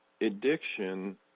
addiction